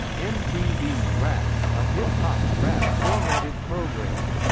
mtv raps, a hip hop rap formatted program.